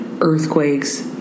earthquakes